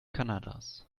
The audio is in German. kanadas